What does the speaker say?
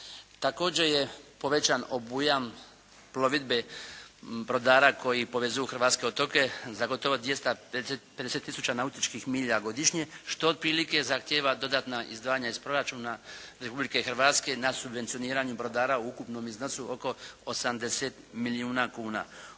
Također je povećan obujam plovidbe brodara koji povezuju hrvatske otoke za gotovo 250 tisuća nautičkih milja godišnje, što otprilike zahtjeva dodatna izdvajanja iz proračuna Republike Hrvatske na subvencioniranju brodara u ukupnom iznosu oko 80 milijuna kuna.